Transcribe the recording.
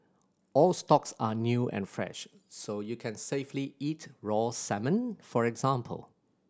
all stocks are new and fresh so you can safely eat raw salmon for example